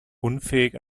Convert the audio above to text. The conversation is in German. unfähig